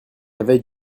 avait